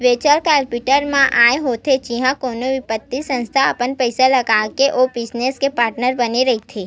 venture capital म काय होथे जिहाँ कोनो बित्तीय संस्था अपन पइसा लगाके ओ बिजनेस के पार्टनर बने रहिथे